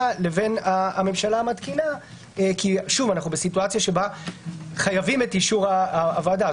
לממשלה המתקינה כי אנו במצב שבו חייבים אישור הוועדה.